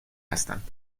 هستند